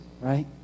right